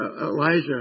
Elijah